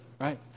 right